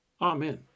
Amen